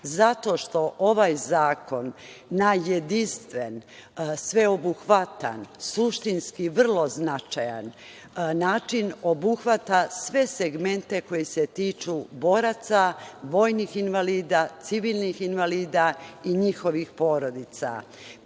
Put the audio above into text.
zato što ovaj zakon na jedinstven, sveobuhvatan, suštinski vrlo značajan način obuhvata sve segmente koji se tiču boraca, vojnih invalida, civilnih invalida i njihovih porodica. Prvi